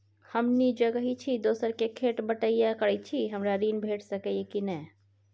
हम निजगही छी, दोसर के खेत बटईया करैत छी, हमरा ऋण भेट सकै ये कि नय?